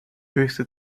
höchste